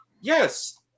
Yes